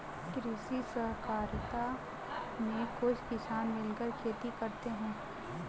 कृषि सहकारिता में कुछ किसान मिलकर खेती करते हैं